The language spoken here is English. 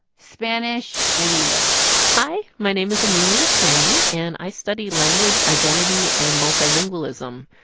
spanish and english hi. my name is amelia tseng, and i study language, identity and multilingualism.